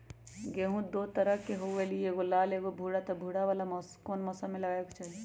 गेंहू दो तरह के होअ ली एगो लाल एगो भूरा त भूरा वाला कौन मौसम मे लगाबे के चाहि?